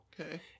Okay